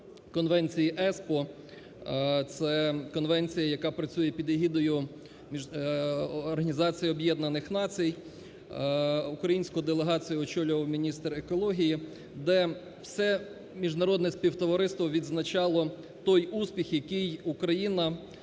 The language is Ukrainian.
Конвенції Еспо, це конвенція, яка працює під егідою Організації Об'єднаних Націй. Українську делегацію очолював міністр екології, де все міжнародне співтовариство відзначало той успіх, який Україна